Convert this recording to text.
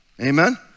Amen